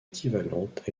équivalentes